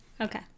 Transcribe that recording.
okay